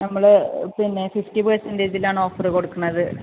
നമ്മൾ പിന്നെ ഫിഫ്റ്റി പെർസെൻറ്റേജിലാണ് ഓഫർ കൊടുക്കുന്നത്